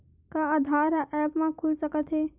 का आधार ह ऐप म खुल सकत हे?